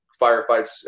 firefights